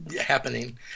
happening